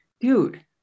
dude